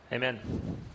Amen